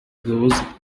those